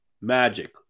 Magic